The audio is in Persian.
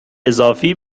اضافی